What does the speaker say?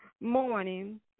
morning